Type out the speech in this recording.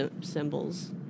symbols